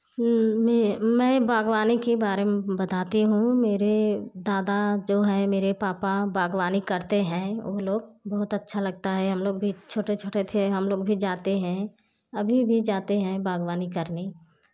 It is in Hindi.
मैं मैं बागवानी के बारे में बताती हूँ मेरे दादा जो है मेरे पापा बागवानी करते हैं वो लोग बहुत अच्छा लगता है हम लोग भी छोटे छोटे थे हम लोग भी जाते हैं अभी भी जाते हैं बागवानी करने